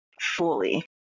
fully